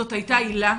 זאת הייתה הילה,